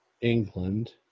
England